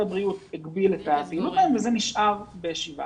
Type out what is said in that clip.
הבריאות הגביל את הפעילות שם וזה שנשאר ב-17